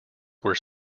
were